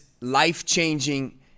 life-changing